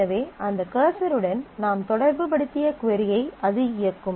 எனவே அந்த கர்சருடன் நாம் தொடர்புபடுத்திய கொரி ஐ அது இயக்கும்